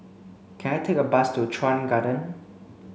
can I take a bus to Chuan Garden